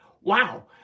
Wow